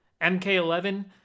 mk11